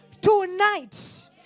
Tonight